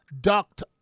ducked